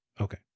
Okay